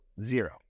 zero